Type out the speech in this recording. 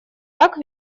так